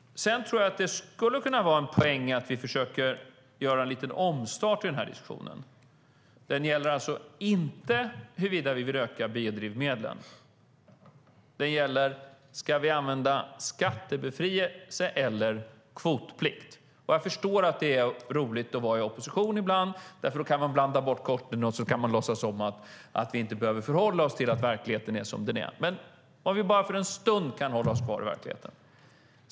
Jag tror att det skulle kunna vara en poäng i att vi försöker göra en liten omstart i den här diskussionen. Den gäller alltså inte huruvida vi vill öka biodrivmedlen. Den gäller om vi ska använda skattebefrielse eller kvotplikt. Jag förstår att det är roligt att vara i opposition ibland, för då kan man blanda bort korten och låtsas som att vi inte behöver förhålla oss till att verkligheten är som den är, men vi kan väl bara för en stund hålla oss kvar i verkligheten.